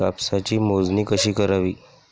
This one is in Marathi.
कापसाची मोजणी कशी करावी?